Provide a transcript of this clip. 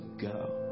go